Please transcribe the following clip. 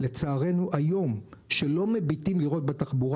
שאלה שהיום לא מביטים לראות בתחבורה